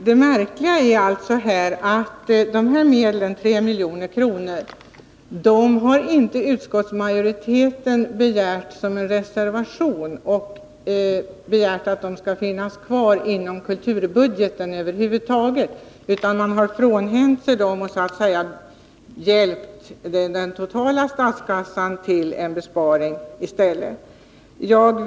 Herr talman! Det märkliga är att utskottsmajoriteten inte har begärt att dessa 3 miljoner skall reserveras och finnas kvar inom kulturbudgeten utan har frånhänt sig dessa pengar och så att säga hjälpt den totala statskassan till en besparing i stället.